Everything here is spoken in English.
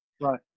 Right